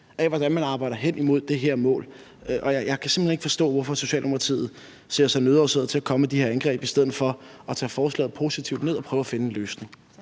om, hvordan man arbejder hen imod det her mål. Jeg kan simpelt hen ikke forstå, hvorfor Socialdemokratiet ser sig nødsaget til at komme med de her angreb i stedet for at tage forslaget positivt ned og prøve at finde en løsning.